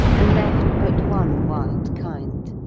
and left but one wild kind.